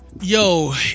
Yo